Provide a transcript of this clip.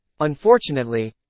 Unfortunately